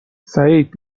سعید